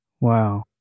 Wow